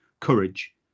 courage